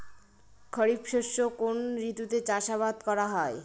খরিফ শস্য কোন ঋতুতে চাষাবাদ করা হয়?